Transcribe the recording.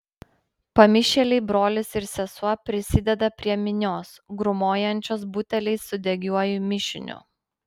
pamišėliai brolis ir sesuo prisideda prie minios grūmojančios buteliais su degiuoju mišiniu